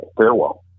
farewell